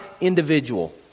individual